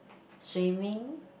swimming